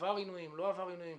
עבר עינויים, לא עבר עינויים?